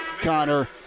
Connor